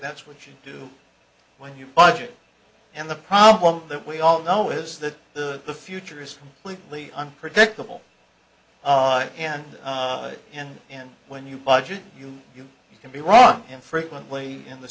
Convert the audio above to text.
that's what you do when you budget and the problem that we all know is that the the future is politically unpredictable and and and when you budget you you can be wrong infrequently in the